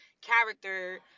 character